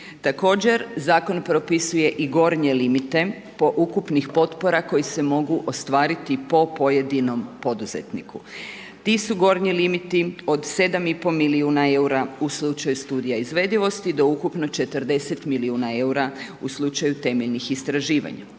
Također, zakon propisuje i gornje limite po ukupnih potpora koje se mogu ostvariti po pojedinom poduzetniku. Ti su gornji limiti od 7,5 milijuna eura u slučaju studija izvedivosti do ukupno 40 milijuna eura u slučaju temeljnih istraživanja.